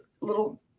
little